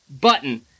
button